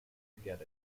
forget